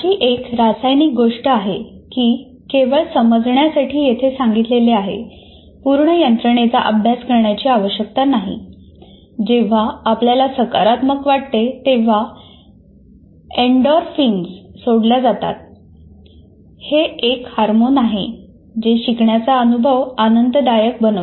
अशी एक रासायनिक गोष्ट आहे की जे शिकण्याचा अनुभव आनंददायक बनवते